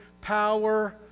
power